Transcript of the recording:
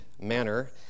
manner